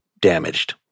damaged